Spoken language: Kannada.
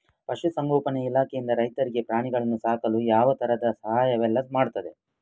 ಪಶುಸಂಗೋಪನೆ ಇಲಾಖೆಯಿಂದ ರೈತರಿಗೆ ಪ್ರಾಣಿಗಳನ್ನು ಸಾಕಲು ಯಾವ ತರದ ಸಹಾಯವೆಲ್ಲ ಮಾಡ್ತದೆ?